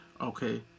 okay